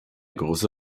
große